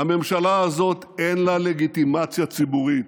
הממשלה הזאת, אין לה לגיטימציה ציבורית.